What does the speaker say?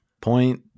Point